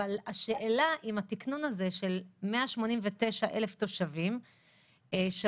אבל השאלה אם התקנון הזה של 189,000 תושבים שווה